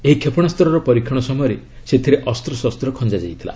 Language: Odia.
ଏହି କ୍ଷେପଶାସ୍ତର ପରୀକ୍ଷଣ ସମୟରେ ସେଥିରେ ଅସ୍ତ୍ରଶସ୍ତ୍ର ଖଞ୍ଜା ଯାଇଥିଲା